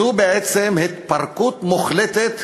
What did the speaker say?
זו בעצם התפרקות מוחלטת